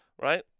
right